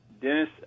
Dennis